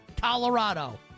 Colorado